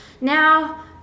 now